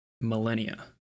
millennia